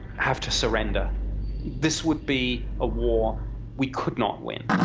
have to surrender this would be a war we could not win